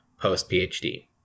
post-PhD